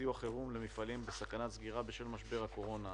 סיוע חירום למפעלים בסכנת סגירה בשל משבר הקורונה.